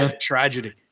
Tragedy